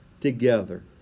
together